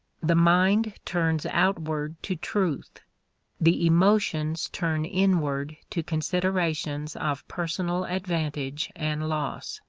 the mind turns outward to truth the emotions turn inward to considerations of personal advantage and loss.